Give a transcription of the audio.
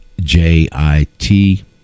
J-I-T